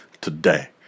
today